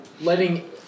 letting